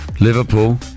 Liverpool